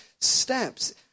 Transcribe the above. steps